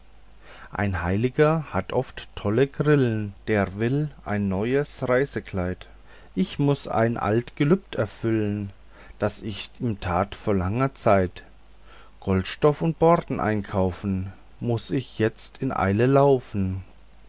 ein heil'ger hat oft tolle grillen der will ein neues reisekleid ich muß ein alt gelübd erfüllen das ich ihm tat vor langer zeit goldstoffe und borden einzukaufen muß ich jetzt in eile laufen